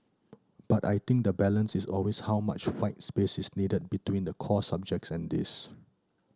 but I think the balance is always how much white space is needed between the core subjects and this